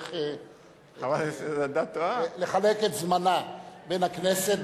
תצטרך לחלק את זמנה בין הכנסת,